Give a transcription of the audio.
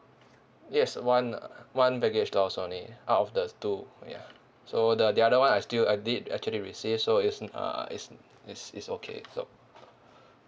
yes one one baggage lost only out of the two ya so the the other one I still I did actually receive so it's in uh it's it's it's okay so